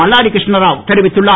மல்லாடி இருஷ்ணராவ் தெரிவித்துள்ளார்